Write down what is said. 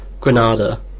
Granada